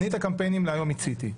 אני את הקמפיינים להיום מיציתי.